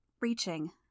reaching